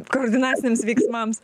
koordinaciniams veiksmams